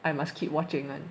I must keep watching [one]